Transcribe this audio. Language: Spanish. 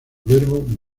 verbo